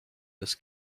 this